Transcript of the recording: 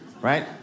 right